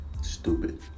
Stupid